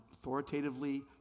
Authoritatively